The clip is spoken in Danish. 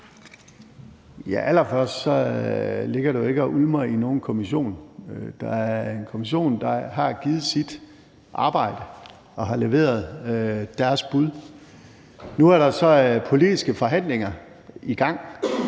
Allerførst ligger det jo ikke og ulmer i nogen kommission. Der er en kommission, der har leveret sit arbejde og givet sit bud. Nu er der så politiske forhandlinger i gang,